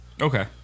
Okay